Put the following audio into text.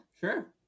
sure